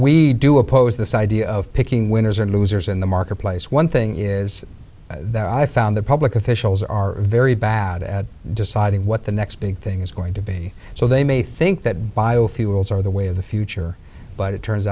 oppose this idea of picking winners or losers in the marketplace one thing is that i found the public officials are very bad at deciding what the next big thing is going to be so they may think that biofuels are the way of the future but it turns